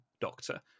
doctor